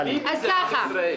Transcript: אני מפריע רק למי שהפריע לי.